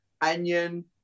onion